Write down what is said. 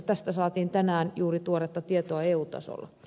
tästä saatiin tänään juuri tuoretta tietoa eu tasolla